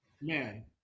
man